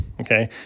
okay